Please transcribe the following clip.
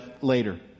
later